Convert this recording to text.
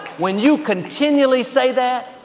when you continually say that,